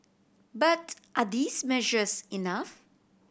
but are these measures enough